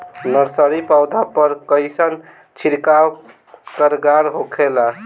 Nursery पौधा पर कइसन छिड़काव कारगर होखेला?